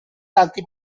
tanti